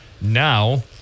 now